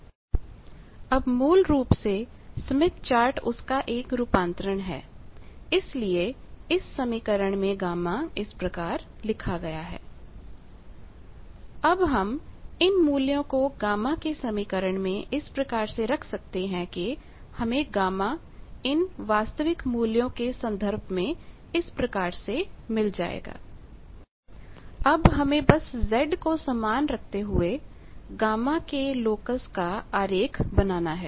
z RjX अब मूल रूप से स्मिथ चार्ट उसका एक रूपांतरण है इसलिए इस समीकरण में G z 1z1 We can put these values so that we get the gamma Γ in terms of this all real values If we do that equation then we land with अब हम इन मूल्यों को गामा के समीकरण में इस प्रकार से रख सकते हैं कि हमें गामा Γ इन वास्तविक मूल्यों के संदर्भ में इस प्रकार से मिल जाएगा Γ ujv R 1jXR1 jX अब हमें बस Z को समान रखते हुए गामा के लोकस का आरेख बनाना है